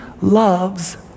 loves